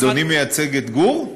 אדוני מייצג את גור?